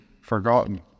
forgotten